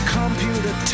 computer